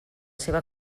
seva